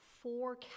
four